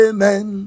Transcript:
Amen